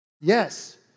Yes